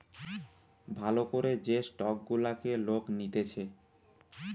ভাল করে যে স্টক গুলাকে লোক নিতেছে